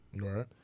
Right